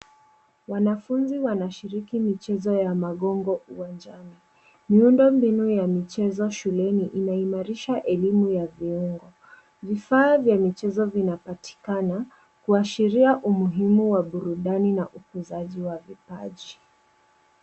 Wanafunzi wanashiriki michezo wa magongo uwanjani. Miundo mbinu ya michezo shuleni inaimarisha elimu ya viungo. Vifaa vya michezo vinapatikana, kuashiria umuhimu wa burudani na ukuzaji wa vipaji.